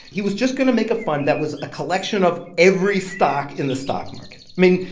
he was just going to make a fund that was a collection of every stock in the stock market. i mean,